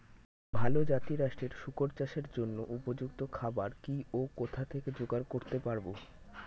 ভালো জাতিরাষ্ট্রের শুকর চাষের জন্য উপযুক্ত খাবার কি ও কোথা থেকে জোগাড় করতে পারব?